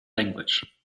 language